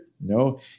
No